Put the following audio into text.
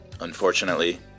unfortunately